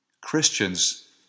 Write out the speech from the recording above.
Christians